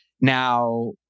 Now